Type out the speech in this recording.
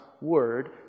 Word